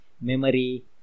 memory